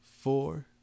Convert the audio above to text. four